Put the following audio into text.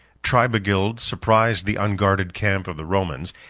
tribigild surprised the unguarded camp of the romans,